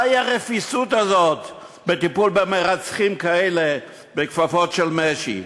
מהי הרפיסות הזאת בטיפול במרצחים כאלה בכפפות של משי?